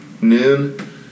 noon